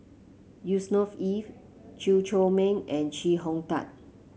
Yusnor Ef Chew Chor Meng and Chee Hong Tat